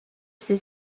ses